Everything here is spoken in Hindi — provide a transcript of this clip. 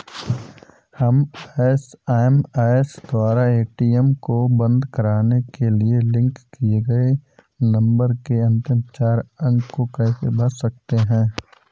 हम एस.एम.एस द्वारा ए.टी.एम को बंद करवाने के लिए लिंक किए गए नंबर के अंतिम चार अंक को कैसे भर सकते हैं?